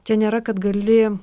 čia nėra kad gali